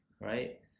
Right